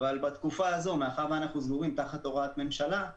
אבל בתקופה הזו מאחר ואנחנו סגורים תחת הוראת ממשלה,